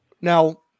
Now